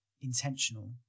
intentional